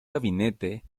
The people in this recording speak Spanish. gabinete